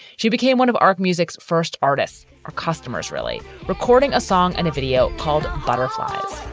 she became one of arq music's first artists are customers really recording a song and a video called butterflies?